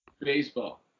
Baseball